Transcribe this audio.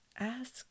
Ask